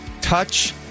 touch